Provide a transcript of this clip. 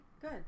good